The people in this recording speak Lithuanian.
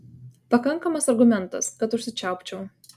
pakankamas argumentas kad užsičiaupčiau